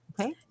Okay